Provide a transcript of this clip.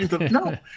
No